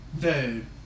Dude